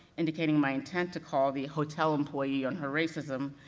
indicating my intent to call the hotel employee on her racism,